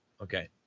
okay